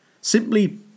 Simply